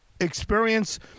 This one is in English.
experience